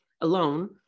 alone